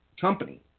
company